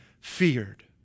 feared